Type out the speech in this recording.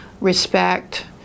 respect